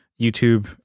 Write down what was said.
YouTube